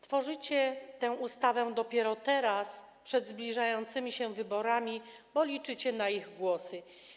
Tworzycie tę ustawę dopiero teraz, przed zbliżającymi się wyborami, bo liczycie na ich głosy.